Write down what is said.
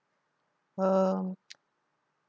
um